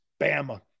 Bama